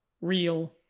real